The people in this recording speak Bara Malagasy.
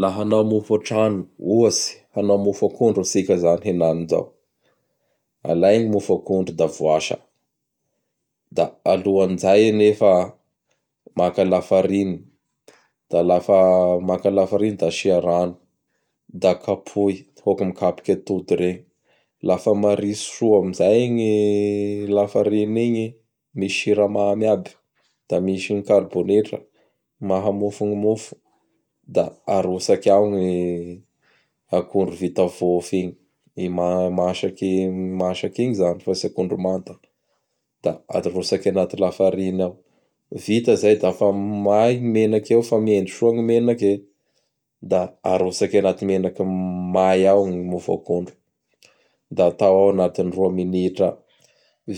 Laha hanao mofo antragno, ohatsy, hanao mofo akondro atsika izany henany zao. Alay gny akondro da voasa. Da aloan'izay anefa maka lafariny; da lafa maka lafariny da asia rano da kapoy hôkin'ny mikapoky atody iregny. Lafa maritsy soa amin'izay igny lafariny igny, misy siramamy aby da misy ny karbonetra, maha mofo ny mofo; da arotsaky ao i akondro vita vôfy igny; i ma ma-masaky igny izany fa tsy akondro manta; da arotsaky anay lafariny ao. Vita zay da fa may ny menaky eo fa mendy soa gny menaky e! Da arotsaky anaty menaky may ao gny mofo akondro. Da atao ao anatin'ny roa minitra.